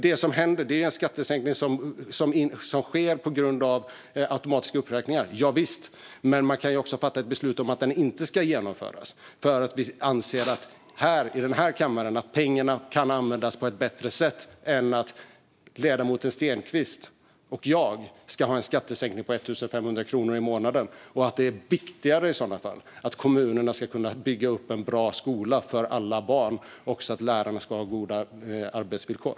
Det är en skattesänkning som sker på grund av automatiska uppräkningar - ja, visst, men man kan också fatta beslut om att den inte ska genomföras därför att man här i denna kammare anser att pengarna kan användas på ett bättre sätt än att ledamoten Stenkvist och jag får en skattesänkning på 1 500 kronor i månaden. Man kan tycka att det är viktigare att kommunerna ska kunna bygga upp en bra skola för alla barn och att lärarna ska ha goda arbetsvillkor.